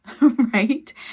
right